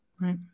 right